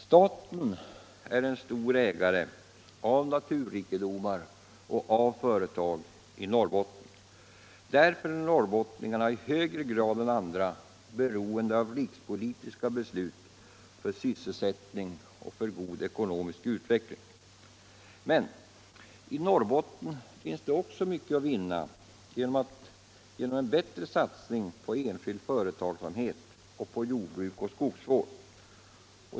Staten är en stor ägare av naturrikedomar och av företag i Norrbotten. Därför är norrbottningarna i högre grad in andra beroende av rikspolitiska beslut för sysselsättning och god ekonomisk utveckling. Men i Norrbotten finns det också mycket att vinna genom en bättre satsning på enskild företagsamhet och på jordbruk och skogsvård.